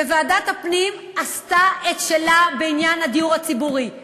ועדת הפנים עשתה את שלה בעניין הדיור הציבורי.